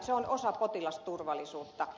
se on myös osa potilasturvallisuutta